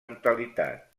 totalitat